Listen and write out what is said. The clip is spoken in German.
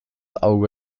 auge